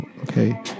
Okay